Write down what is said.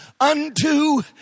unto